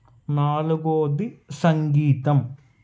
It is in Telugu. నాలుగోది సంగీతం